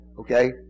Okay